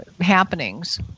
happenings